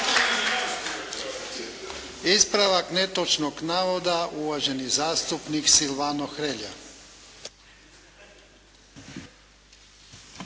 ispravak netočnog navoda uvaženi zastupnik Zvone Puljić.